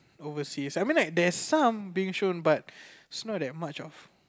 overseas I mean there's some being shown but its not that much of